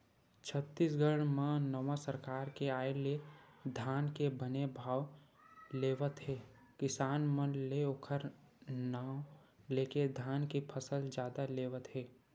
छत्तीसगढ़ म नवा सरकार के आय ले धान के बने भाव लेवत हे किसान मन ले ओखर नांव लेके धान के फसल जादा लेवत हे